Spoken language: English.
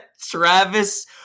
Travis